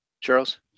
Charles